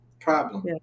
problem